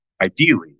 ideally